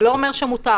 זה לא אומר שמותר.